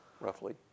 roughly